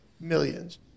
millions